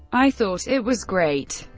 i thought it was great.